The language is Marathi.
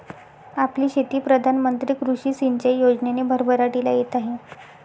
आपली शेती प्रधान मंत्री कृषी सिंचाई योजनेने भरभराटीला येत आहे